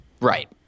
Right